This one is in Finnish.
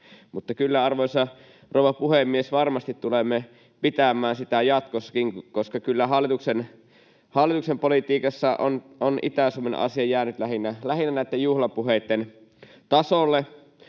Kyllä, arvoisa rouva puhemies, varmasti tulemme pitämään sitä jatkossakin, koska kyllä hallituksen politiikassa on Itä-Suomen asia jäänyt lähinnä näitten juhlapuheitten tasolle,